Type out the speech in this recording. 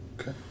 Okay